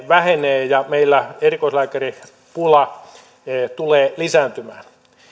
vähenee ja meillä erikoislääkäripula tulee lisääntymään